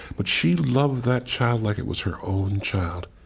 but she loved that child like it was her own child.